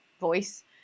voice